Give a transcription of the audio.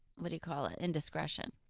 what do you call it, indiscretion.